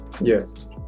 Yes